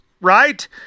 right